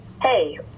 Hey